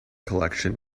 collection